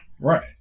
right